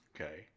Okay